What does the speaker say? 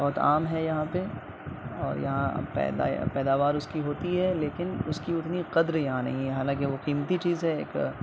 بہت عام ہے یہاں پہ اور یہاں پیدا یا پیداوار اس کی ہوتی ہے لیکن اس کی اتنی قدر یہاں نہیں ہے حالانکہ وہ قیمتی چیز ہے ایک